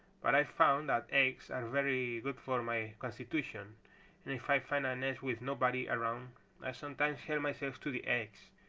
but i've found that eggs are very good for my constitution and if i find a nest with nobody around i sometimes help myself to the eggs.